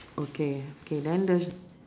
okay okay then the